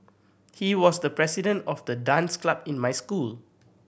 he was the president of the dance club in my school